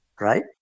right